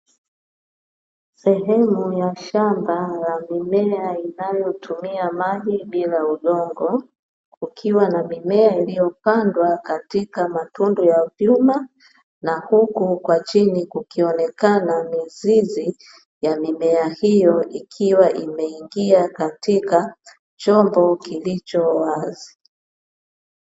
Sehemu ya shamba la mimea inayotumia maji bila udongo, kukiwa na mimea iliyopandwa katika matundu ya vyuma, na huku kwa chini kukionekana mizizi ya mimea hiyo ikiwa imeingia katika chombo kilicho wazi.